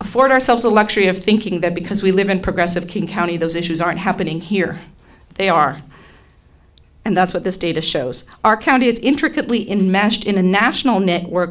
afford ourselves the luxury of thinking that because we live in progressive king county those issues aren't happening here they are and that's what this data shows our county is intricately in matched in a national network